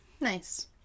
Nice